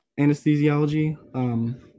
anesthesiology